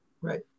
Right